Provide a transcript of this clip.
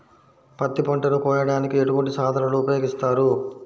పత్తి పంటను కోయటానికి ఎటువంటి సాధనలు ఉపయోగిస్తారు?